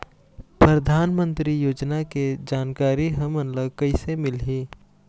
परधानमंतरी योजना के जानकारी हमन ल कइसे मिलही?